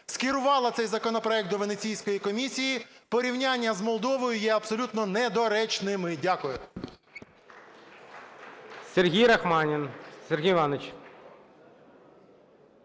скерувала цей законопроект до Венеційської комісії. Порівняння з Молдовою є абсолютно недоречними. Дякую.